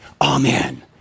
Amen